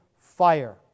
fire